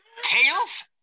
Tails